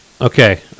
Okay